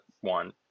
one